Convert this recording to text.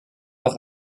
noch